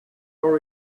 are